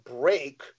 break